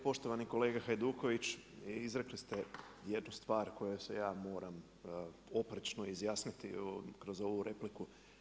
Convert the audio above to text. Poštovani kolega Hajduković, izrekli ste jednu stvar kojoj se ja moram oprečno izjasniti kroz ovu repliku.